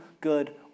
good